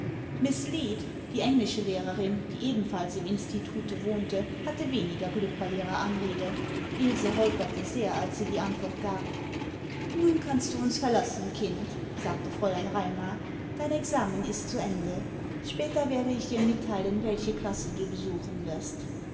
die englische lehrerin die ebenfalls im institute wohnte hatte weniger glück bei ihrer anrede ilse holperte sehr als sie die antwort gab nun kannst du uns verlassen kind sagte fräulein raimar dein examen ist zu ende später werde ich dir mitteilen welche klasse du besuchen wirst